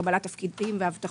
קבלת תפקידים והבטחות.